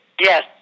yes